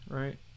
right